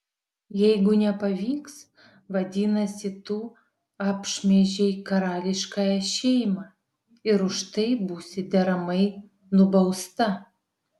jeigu nepavyks vadinasi tu apšmeižei karališkąją šeimą ir už tai būsi deramai nubausta